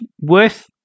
worth